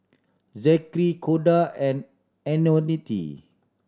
Zackery Koda and Antionette